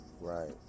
Right